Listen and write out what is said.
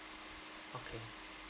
okay